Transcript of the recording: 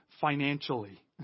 financially